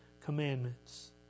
commandments